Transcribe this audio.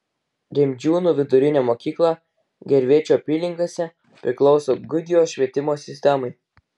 rimdžiūnų vidurinė mokykla gervėčių apylinkėse priklauso gudijos švietimo sistemai